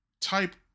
type